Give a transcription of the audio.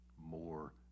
more